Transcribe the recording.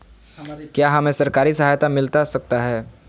क्या हमे सरकारी सहायता मिलता सकता है?